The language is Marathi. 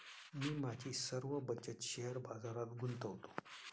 मी माझी सर्व बचत शेअर बाजारात गुंतवतो